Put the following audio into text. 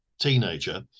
teenager